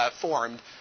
formed